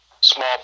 small